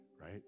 Right